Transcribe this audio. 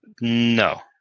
no